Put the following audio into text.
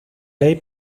ley